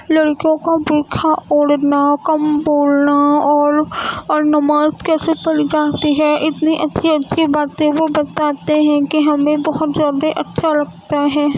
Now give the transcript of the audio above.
لڑکیوں کا برقع اوڑھنا کم بولنا اور اور نماز کیسے پڑھی جاتی ہے اتنی اچھی اچھی باتیں وہ بتاتے ہیں کہ ہمیں بہت زیادہ اچھا لگتا ہے